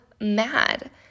mad